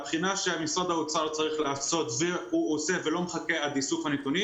הבחינה שמשרד האוצר צריך לעשות ועושה ולא מחכה לאיסוף הנתונים